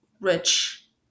rich